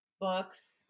books